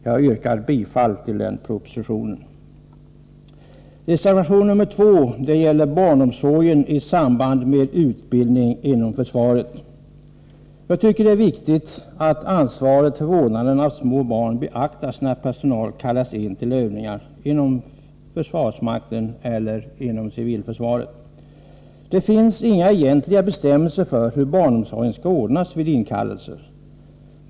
Jag yrkar bifall till reservation 1. Jag tycker att det är viktigt att ansvaret för vårdnaden av små barn beaktas när personal kallas in till övningar inom försvarsmakten eller civilförsvaret. Det finns inga egentliga bestämmelser för hur barnomsorgen skall ordnas vid inkallelser.